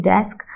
Desk